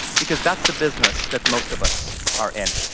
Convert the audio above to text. because that's the business that most of us are in.